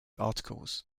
articles